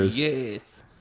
Yes